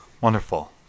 Wonderful